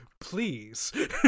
please